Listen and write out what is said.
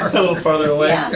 little farther away.